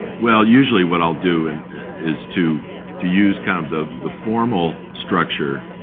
well, usually what i'll do and is to to use kind of the the formal structure